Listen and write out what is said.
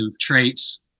traits